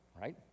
right